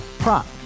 Prop